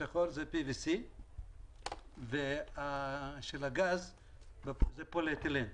הצינור השחור זה pvc והצינור של הגז זה פוליאתילן.